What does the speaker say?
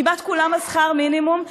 כמעט כולם על שכר מינימום,